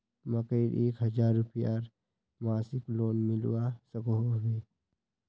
मकईर एक हजार रूपयार मासिक लोन मिलवा सकोहो होबे?